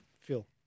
Phil